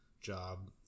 job